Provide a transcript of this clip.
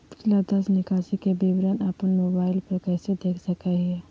पिछला दस निकासी के विवरण अपन मोबाईल पे कैसे देख सके हियई?